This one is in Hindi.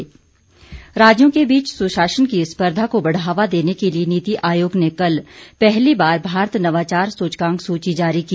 नीति आयोग राज्यों के बीच सुशासन की स्पर्धा को बढ़ावा देने के लिए नीति आयोग ने कल पहली बार भारत नवाचार सूचकांक सूची जारी की